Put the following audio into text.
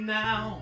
now